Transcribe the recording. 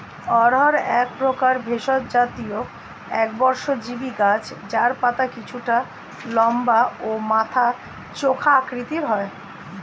অড়হর একপ্রকার ভেষজ জাতীয় একবর্ষজীবি গাছ যার পাতা কিছুটা লম্বা ও মাথা চোখা আকৃতির হয়